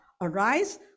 arise